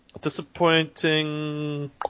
disappointing